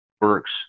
works